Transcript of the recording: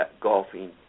golfing